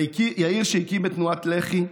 יאיר, שהקים את תנועת לח"י,